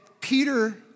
Peter